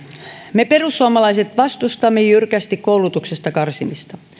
me perussuomalaiset vastustamme jyrkästi koulutuksesta karsimista